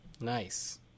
nice